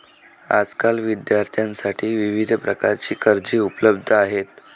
आजकाल विद्यार्थ्यांसाठी विविध प्रकारची कर्जे उपलब्ध आहेत